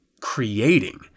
creating